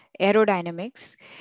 aerodynamics